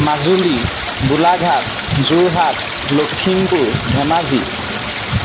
Majuli Golaghat Jorhat Lakhimpur Dhemaji